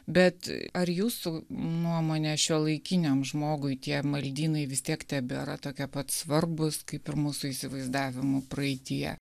bet ar jūsų nuomone šiuolaikiniam žmogui tie maldynai vis tiek tebėra tokie pat svarbūs kaip ir mūsų įsivaizdavimu praeityje